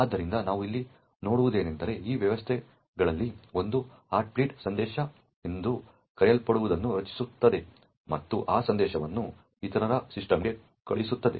ಆದ್ದರಿಂದ ನಾವು ಇಲ್ಲಿ ನೋಡುವುದೇನೆಂದರೆ ಈ ವ್ಯವಸ್ಥೆಗಳಲ್ಲಿ ಒಂದು ಹಾರ್ಟ್ ಬೀಟ್ ಸಂದೇಶ ಎಂದು ಕರೆಯಲ್ಪಡುವದನ್ನು ರಚಿಸುತ್ತದೆ ಮತ್ತು ಆ ಸಂದೇಶವನ್ನು ಇತರ ಸಿಸ್ಟಮ್ಗೆ ಕಳುಹಿಸುತ್ತದೆ